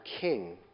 king